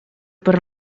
per